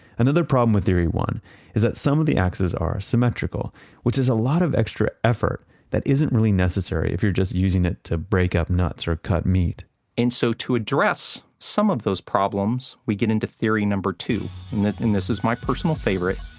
another problem with theory one is that some of the axes are symmetrical which is a lot of extra effort that isn't really necessary if you're just using it to break up nuts or cut meat and so to address some of those problems, we get into theory number two. and this is my personal favorite,